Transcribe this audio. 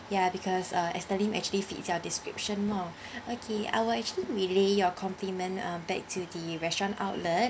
ya because uh ester lim actually fits your description mah okay I will actually relay your compliment uh back to the restaurant outlet